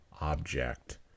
object